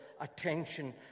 attention